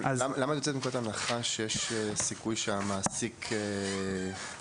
למה אתה יוצא מנקודת הנחה שיש סיכוי שהמעסיק יסליל